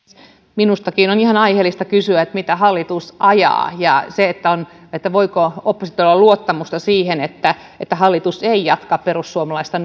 minustakin on ihan aiheellista kysyä mitä hallitus ajaa ja voiko oppositiolla olla luottamusta siihen että että hallitus ei jatka perussuomalaista